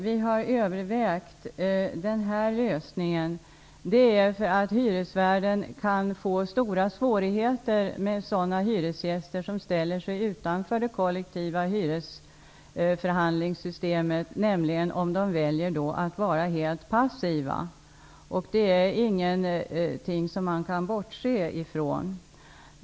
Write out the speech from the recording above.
Vi har övervägt denna lösning eftersom hyresvärden kan få stora svårigheter med hyresgäster som ställer sig utanför det kollektiva hyresförhandlingssystemet genom att välja att vara helt passiva. Det är inte något som man kan bortse från.